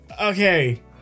Okay